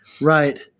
Right